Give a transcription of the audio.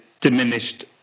diminished